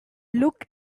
look